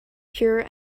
pure